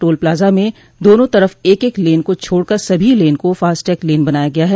toll plaza में दोनों तरफ एक एक लेन को छोड़कर सभी लेन को फास्टैग लेन बनाया गया है